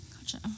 Gotcha